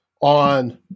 on